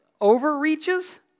overreaches